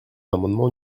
l’amendement